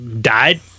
died